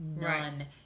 None